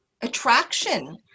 attraction